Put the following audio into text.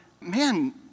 man